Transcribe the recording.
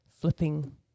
flipping